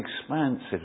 expansive